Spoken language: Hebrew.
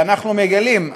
ואנחנו מגלים,